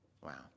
Wow